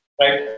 right